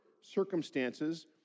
circumstances